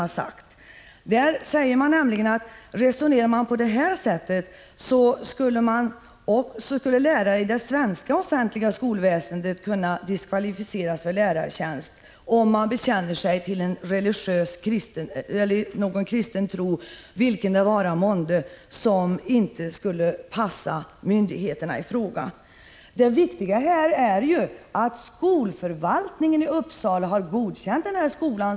Man har i skolöverstyrelsen sagt, att om man resonerar på detta sätt, skulle lärare i det svenska offentliga skolväsendet som bekänner sig till någon religiös tro som inte passar myndigheterna i fråga kunna diskvalificeras. Det viktiga i detta sammanhang är ju att skolförvaltningen i Uppsala har godkänt denna skola.